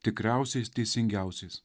tikriausiais teisingiausias